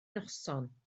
noson